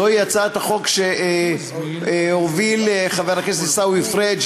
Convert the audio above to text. זוהי הצעת חוק שהוביל חבר הכנסת עיסאווי פריג',